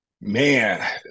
Man